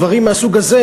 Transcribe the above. דברים מהסוג הזה,